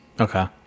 okay